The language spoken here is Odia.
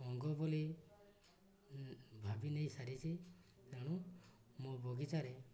ଅଙ୍ଗ ବୋଲି ଭାବି ନେଇ ସାରିଛି ତେଣୁ ମୋ ବଗିଚାରେ